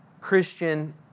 Christian